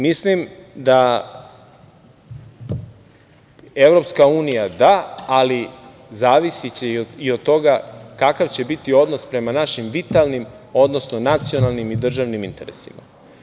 Mislim da EU - da, ali zavisiće i od toga kakav će biti odnos prema našim, vitalnim, odnosno, nacionalnim i državnim interesima.